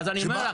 אז אני אומר,